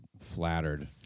flattered